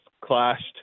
clashed